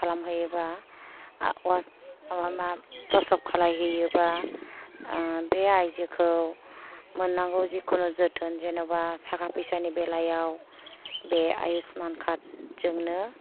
खालाम हैयोबा अवास थसब खालाय हैयोबा बे आइजोखौ मोन्नांगौ जिखुनु जोथोन जेन'बा थाखा फैसानि बेलायाव बे आयुसमान कार्द जोंनो